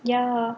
ya